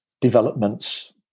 developments